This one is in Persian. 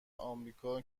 آمریکا